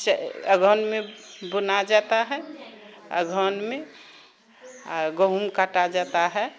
अगहनमे बुना जाता है अगहनमे गहूँम काटा जाता है